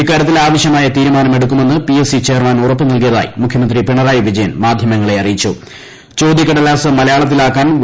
ഇക്കാര്യത്തിൽ ആവശ്യമായ തീരുമാനം എടുക്കുമെന്ന് പി എസ് സി ചെയർമാൻ ഉറപ്പു നല്കിയതായി മുഖ്യമന്ത്രി പിണറായി വിജയൻ മാധ്യമങ്ങളെ ചോദ്യക്കടലാസ് മലയാളത്തിലാക്കാൻ അറിയിച്ചു